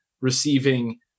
receiving